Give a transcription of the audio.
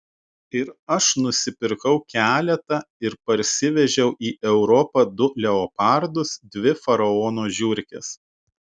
ir aš nusipirkau keletą ir parsivežiau į europą du leopardus dvi faraono žiurkes